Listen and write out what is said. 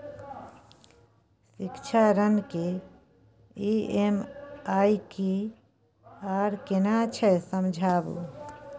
शिक्षा ऋण के ई.एम.आई की आर केना छै समझाबू?